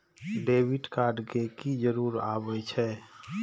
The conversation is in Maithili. डेबिट कार्ड के की जरूर आवे छै?